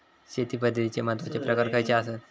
शेती पद्धतीचे महत्वाचे प्रकार खयचे आसत?